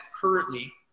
currently